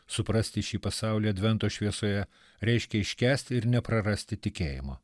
suprasti šį pasaulį advento šviesoje reiškia iškęsti ir neprarasti tikėjimo